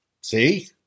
See